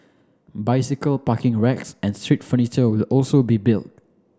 bicycle parking racks and street furniture will also be built